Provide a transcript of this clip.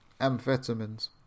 amphetamines